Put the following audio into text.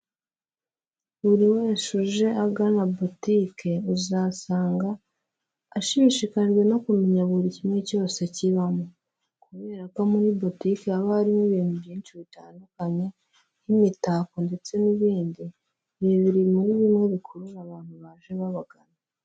Buri wese uje agana boutique uzasanga ashishikajwe no kumenya buri kimwe cyose kibamo, kubera ko muri boutique haba harimo ibintu byinshi bitandukanye nk'imitako ndetse n'ibindi, ibi biri muri bimwe bikurura abantu baje babagana.